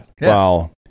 Wow